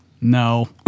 no